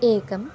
एकम्